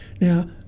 Now